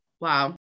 Wow